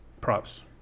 props